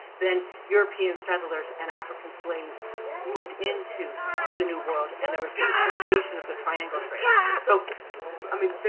then european settlers and african slaves moved into the new world and there was the creation of the triangle trade. so i mean,